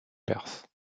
perses